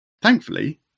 thankfully